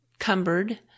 Cumbered